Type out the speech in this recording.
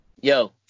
Yo